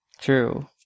True